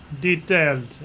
detailed